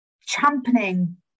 championing